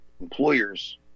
employers